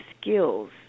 skills